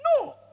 No